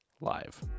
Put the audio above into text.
Live